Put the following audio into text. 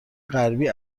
غربی